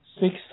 six